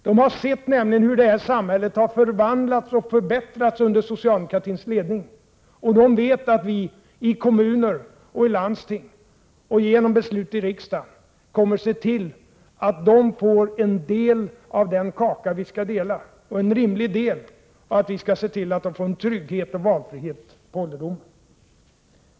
De har nämligen sett hur vårt samhälle har förvandlats och förbättrats under socialdemokratins ledning, och de vet att vi i kommuner och landsting — och genom beslut i riksdagen — kommer att se till att de får en rimlig del av den kaka vi skall dela, och att vi skall se till att de får trygghet och valfrihet på ålderdomen.